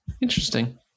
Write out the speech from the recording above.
interesting